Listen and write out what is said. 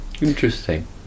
Interesting